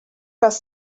was